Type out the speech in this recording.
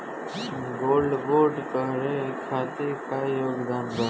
Gold bond करे खातिर का योग्यता बा?